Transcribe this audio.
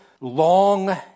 long